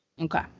Okay